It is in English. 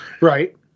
Right